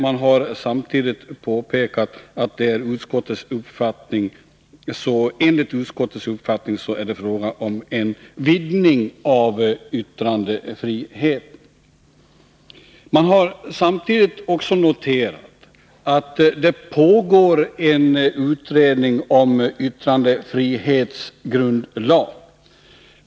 Man har samtidigt påpekat att enligt utskottets uppfattning är det fråga om en vidgning av yttrandefriheten. Man har också noterat att det pågår en utredning om yttrandefrihetsgrundlag.